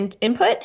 input